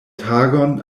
tagon